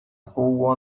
pool